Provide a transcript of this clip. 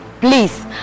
Please